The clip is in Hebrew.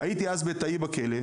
הייתי אז בתאי בכלא,